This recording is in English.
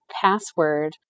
Password